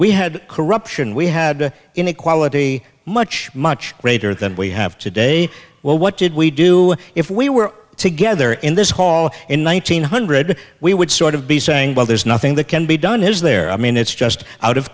we had corruption we had inequality much much greater than we have today well what did we do if we were together in this hall in one thousand nine hundred we would sort of be saying well there's nothing that can be done is there i mean it's just out of